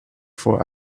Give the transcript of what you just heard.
for